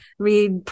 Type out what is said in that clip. read